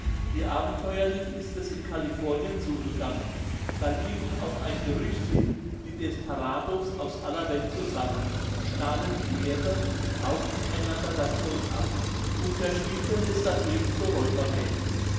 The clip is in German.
wie abenteuerlich ist es in californien zugegangen da liefen auf ein gerücht hin die desperados aus aller welt zusammen stahlen der erde raubten einander das gold ab und verspielten es dann